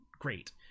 great